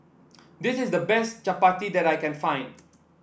this is the best Chapati that I can find